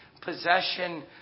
possession